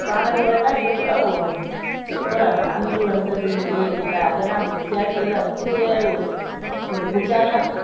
பாடல்களெலாம் எவ்வளோ ஒரு சூப்பராக இருக்கும் அன்று வந்ததும் இதே நிலா அதெல்லாம் அந்த கேட்கையில அப்படியே ஒரு ஒரு குஜாலாக இருக்கும்